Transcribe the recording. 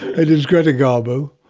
it is greta garbo.